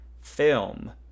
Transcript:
film